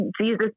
Jesus